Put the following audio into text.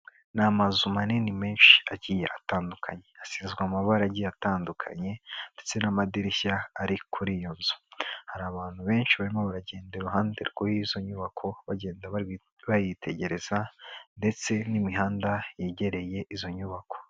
Ni amazu manini menshi agiye atandukanye, asizwe amabara agiye atandukanye ndetse n'amadirishya ari kuri iyo nzu, hari abantu benshi barimo baragenda iruhande rw'izo nyubako bagenda bayitegereza ndetse n'imihanda yegereye izo nyubako.